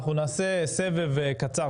אנחנו נעשה סבב קצר,